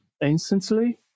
instantly